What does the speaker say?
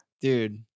Dude